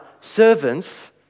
servants